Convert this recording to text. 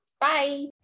Bye